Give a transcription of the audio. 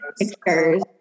pictures